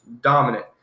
dominant